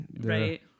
Right